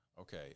Okay